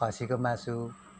खसीको मासु